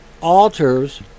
alters